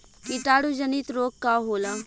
कीटाणु जनित रोग का होला?